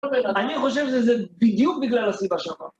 אני חושב שזה בדיוק בגלל הסיבה שלך.